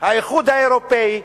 האיחוד האירופי,